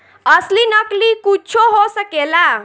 असली नकली कुच्छो हो सकेला